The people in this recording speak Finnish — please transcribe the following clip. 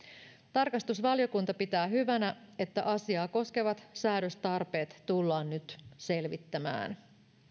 tarkastusvaliokunta pitää hyvänä että asiaa koskevat säädöstarpeet tullaan nyt selvittämään